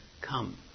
come